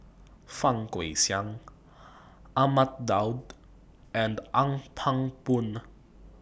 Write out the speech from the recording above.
Fang Guixiang Ahmad Daud and Ong Pang Boon